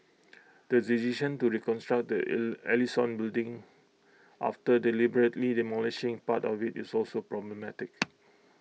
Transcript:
the decision to reconstruct the Ell Ellison building after deliberately demolishing part of IT is also problematic